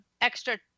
extra